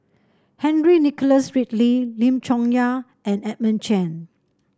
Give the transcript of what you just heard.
Henry Nicholas Ridley Lim Chong Yah and Edmund Chen